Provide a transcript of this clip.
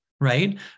right